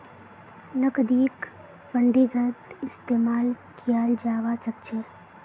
नकदीक फंडिंगत इस्तेमाल कियाल जवा सक छे